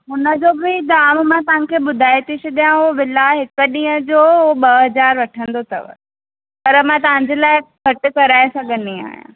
हुनजो बि दाम मां तव्हांखे ॿुधाए थी छॾियां उहो विला हिक ॾींहं जो ॿ हज़ार वठंदो अथव पर मां तव्हांजे लाइ घटि कराए सघंदी आहियां